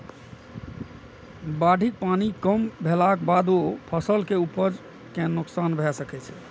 बाढ़िक पानि कम भेलाक बादो फसल के उपज कें नोकसान भए सकै छै